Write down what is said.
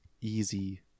easy